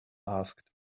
asked